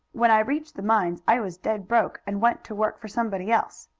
when i reached the mines i was dead broke, and went to work for somebody else.